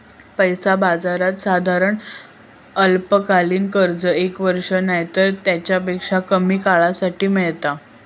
पैसा बाजारात साधारण अल्पकालीन कर्ज एक वर्ष नायतर तेच्यापेक्षा कमी काळासाठी मेळता